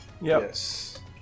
Yes